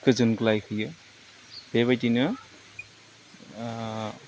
गोजोनग्लाय होयो बेबायदिनो